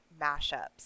mashups